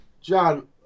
John